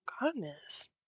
goodness